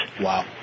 Wow